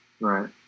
Right